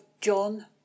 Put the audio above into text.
John